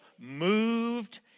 moved